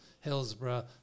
Hillsborough